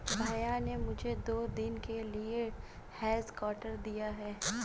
भैया ने मुझे दो दिन के लिए हेज कटर दिया है